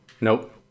Nope